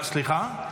סליחה?